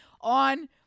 on